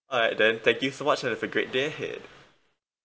alright then thank you so much and have a great day ahead